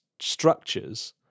structures